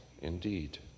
indeed